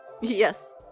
Yes